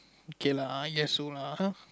K lah yes so lah [huh]